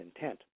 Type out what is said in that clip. intent